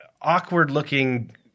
awkward-looking